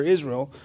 Israel